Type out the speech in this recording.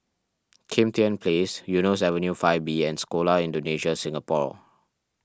Kim Tian Place Eunos Avenue five B and Sekolah Indonesia Singapore